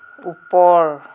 ওপৰ